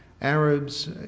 Arabs